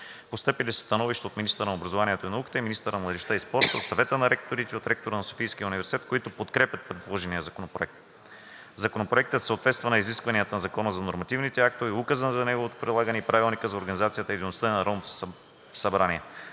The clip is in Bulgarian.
Постъпили са становища от министъра на образованието и науката, от министъра на младежта и спорта, от Съвета на ректорите в Република България и от ректора на Софийския университет, които подкрепят предложения законопроект. Законопроектът съответства на изискванията на Закона за нормативните актове, Указа за неговото прилагане и Правилника за организацията и дейността на Народното събрание.